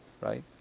right